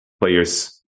players